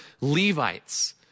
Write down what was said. Levites